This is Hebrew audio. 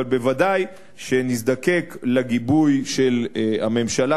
אבל בוודאי שנזדקק לגיבוי של הממשלה